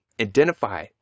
identify